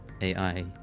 AI